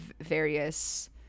various